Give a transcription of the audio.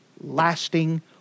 lasting